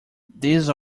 these